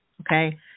Okay